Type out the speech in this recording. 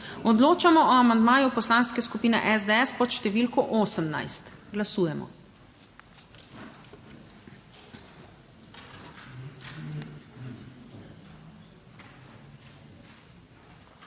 Odločamo o amandmaju Poslanske skupine SDS pod številko 31. Glasujemo.